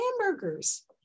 hamburgers